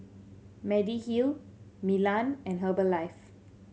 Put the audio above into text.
Mediheal Milan and Herbalife